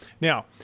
Now